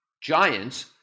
Giants